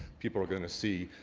people are going to see,